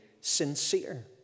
sincere